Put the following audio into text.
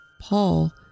Paul